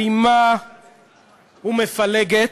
אלימה ומפלגת,